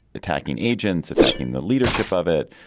attacking agents, attacking the leadership of it,